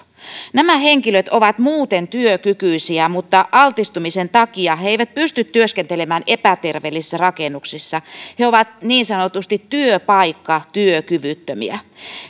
nämä henkilöt ovat muuten työkykyisiä mutta altistumisen takia he eivät pysty työskentelemään epäterveellisissä rakennuksissa he ovat niin sanotusti työpaikkatyökyvyttömiä